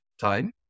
time